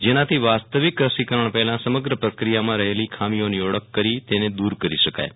જેનાથી વાસ્તવિક રસીકરણ પહેલા સમગ્ર પ્રક્રિયામાં રહેલા ખામીઓની ઓળખ કરી તેને દૂર કરી શકાય છે